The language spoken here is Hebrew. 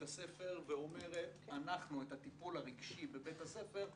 הספר ואומרת שאנחנו את הטיפול הרגשי בבית הספר,